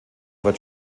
wird